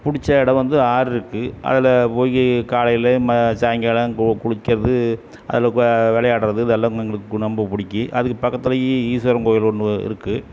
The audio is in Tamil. பிடிச்ச இடம் வந்து ஆறிருக்கு அதில் போய் காலையில் ம சாயங்காலம் கோ குளிக்கிறது அதில் இப்போ விளையாடுறது இதெல்லாம் எங்ளுக்கு ரொம்ப பிடிக்கி அதுக்கு பக்கத்தில் ஈ ஈஸ்வரன் கோயில் ஒன்று இருக்குது